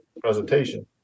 presentation